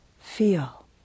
Feel